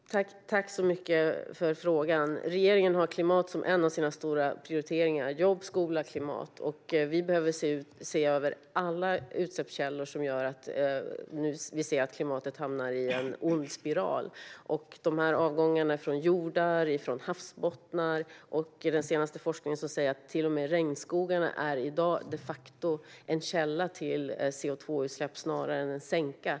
Fru talman! Jag tackar för frågan. Regeringen har klimat som en av sina stora prioriteringar - jobb, skola och klimat. Vi behöver se över alla utsläppskällor som gör att klimatet hamnar i en ond spiral. Det gäller avgångarna från jordar och havsbottnar, och den senaste forskningen säger att till och med regnskogarna i dag de facto är en källa till CO2-utsläpp snarare än en sänka.